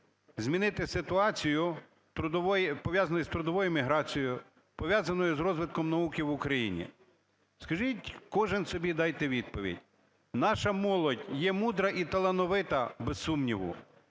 змінити ситуацію, пов'язану з трудовою міграцією, пов'язану з розвитком науки в Україні. Скажіть, кожен собі дайте відповідь. Наша молодь є мудра і талановита, без сумніву,